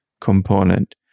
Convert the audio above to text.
component